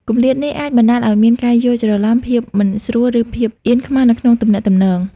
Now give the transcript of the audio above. គម្លាតនេះអាចបណ្តាលឱ្យមានការយល់ច្រឡំ ភាពមិនស្រួល ឬភាពអៀនខ្មាសនៅក្នុងទំនាក់ទំនង។